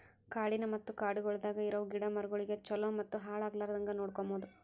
ಕಾಡಿನ ಮತ್ತ ಕಾಡಗೊಳ್ದಾಗ್ ಇರವು ಗಿಡ ಮರಗೊಳಿಗ್ ಛಲೋ ಮತ್ತ ಹಾಳ ಆಗ್ಲಾರ್ದಂಗ್ ನೋಡ್ಕೋಮದ್